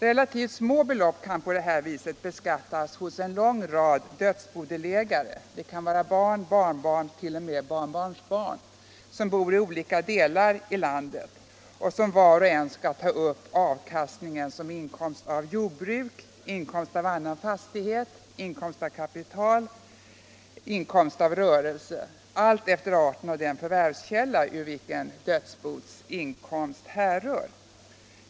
Relativt små belopp kan på det här sättet beskattas hos en lång rad dödsbodelägare — det kan vara barn, barnbarn och t.o.m. barnbarnsbarn - som bor på olika håll i landet och som var och en skall ta upp avkastningen som inkomst av jordbruk, inkomst av annan fastighet, in komst av rörelse, inkomst av kapital, alltefter arten av den förvärvskälla ur vilken dödsboets inkomst härrör.